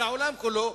לעולם כולו,